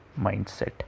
mindset